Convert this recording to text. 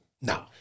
No